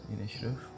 initiative